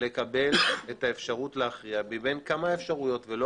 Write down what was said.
לקבל את האפשרות להכריע מבין כמה אפשרויות ולא